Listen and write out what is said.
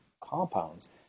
compounds –